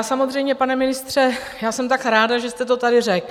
Samozřejmě, pane ministře, já jsem tak ráda, že jste to tady řekl!